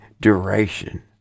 duration